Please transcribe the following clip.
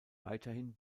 weiterhin